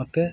ಮತ್ತೆ